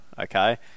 okay